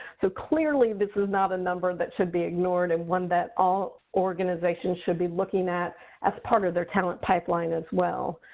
so clearly, this is not a number that should be ignored and one that all organizations should be looking at as part of their talent pipeline as well.